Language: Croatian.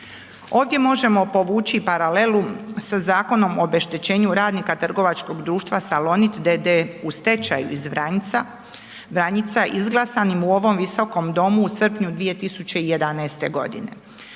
Ovdje možemo povući paralelu sa Zakonom o obeštećenju radnika trgovačkog društva Salonit d. d. u stečaju iz Vranjica izglasanim u ovom Visokom domu u srpnju 2011. godine.